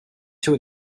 too